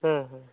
ᱦᱮᱸ ᱦᱮᱸ